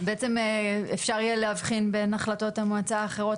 בעצם אפשר יהיה להבחין בין החלטות המועצה האחרות